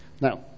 Now